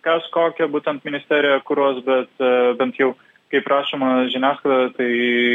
kas kokią būtent ministeriją kuruos bet bent jau kaip rašoma žiniasklaidoj tai